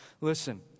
Listen